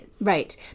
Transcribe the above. Right